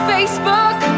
Facebook